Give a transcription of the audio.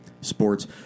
sports